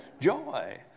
joy